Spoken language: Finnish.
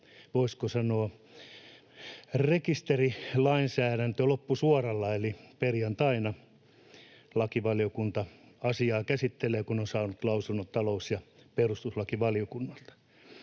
voisiko sanoa rekisterilainsäädäntö loppusuoralla, eli perjantaina lakivaliokunta asiaa käsittelee, kun on saanut lausunnot talous- ja perustuslakivaliokunnalta.